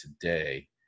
today